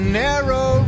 narrow